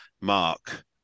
Mark